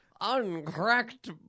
uncracked